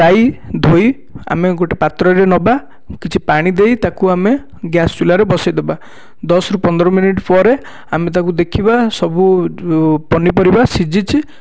ଜାଇ ଧୋଇ ଆମେ ଗୋଟେ ପାତ୍ରରେ ନବା କିଛି ପାଣି ଦେଇ ତାକୁ ଆମେ ଗ୍ୟାସ ଚୁଲାରେ ବସାଇ ଦବା ଦଶ ରୁ ପନ୍ଦର ମିନିଟ୍ ପରେ ଆମେ ତାକୁ ଦେଖିବା ସବୁ ପନିପରିବା ସିଝିଛି